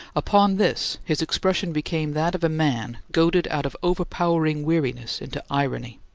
upon this, his expression became that of a man goaded out of overpowering weariness into irony.